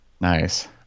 nice